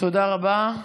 תודה רבה.